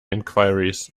enquiries